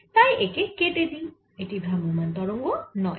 তাই একে কেটে দিই এটি ভ্রাম্যমাণ তরঙ্গ নয়